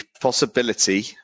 possibility